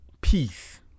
peace